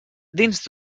dins